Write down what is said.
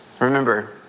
Remember